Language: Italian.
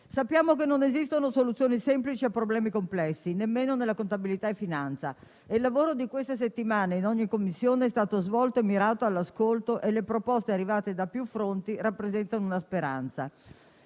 Sappiamo che non esistono soluzioni semplici a problemi complessi, nemmeno in contabilità e finanza, e il lavoro di queste settimane, in ogni Commissione, è stato svolto e mirato all'ascolto. Le proposte arrivate da più fronti rappresentano una speranza.